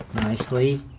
nicely,